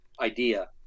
idea